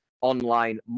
online